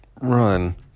run